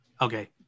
okay